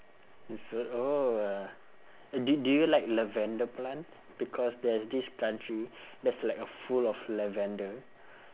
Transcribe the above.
is it oh uh do do you like lavender plant because there's this country that's like a full of lavender